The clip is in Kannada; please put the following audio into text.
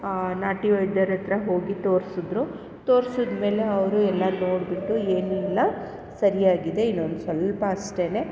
ನಾಟಿ ವೈದ್ಯರ ಹತ್ರ ಹೋಗಿ ತೋರ್ಸಿದ್ರು ತೋರ್ಸಿದ ಮೇಲೆ ಅವರು ಎಲ್ಲ ನೋಡಿಬಿಟ್ಟು ಏನು ಇಲ್ಲ ಸರಿಯಾಗಿದೆ ಇನ್ನೊಂದು ಸ್ವಲ್ಪ ಅಷ್ಟೆನೆ